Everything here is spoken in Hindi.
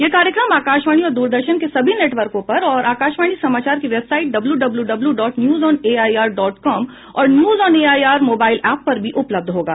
यह कार्यक्रम आकाशवाणी और द्रदर्शन के सभी नेटवर्कों पर और आकाशवाणी समाचार की website W W W dot news on AIR dot com और news on AIR mobile app पर भी उपलब्ध होगा